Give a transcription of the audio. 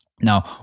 Now